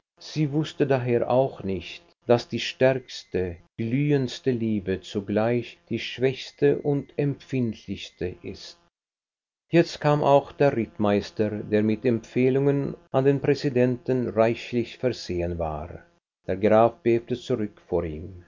sie wußte daher auch nicht daß die stärkste glühendste liebe zugleich die schwächste und empfindlichste ist jetzt kam auch der rittmeister der mit empfehlungen an den präsidenten reichlich versehen war der graf bebte zurück vor ihm